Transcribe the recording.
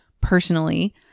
personally